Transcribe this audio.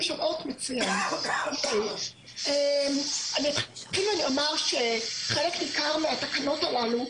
אני אומר שחלק ניכר מהתקנות הללו,